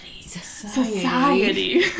society